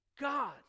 God